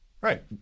Right